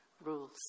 rules